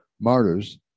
Martyrs